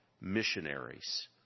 missionaries